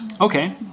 Okay